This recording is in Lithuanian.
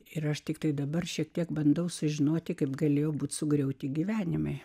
ir aš tiktai dabar šiek tiek bandau sužinoti kaip galėjo būti sugriauti gyvenimai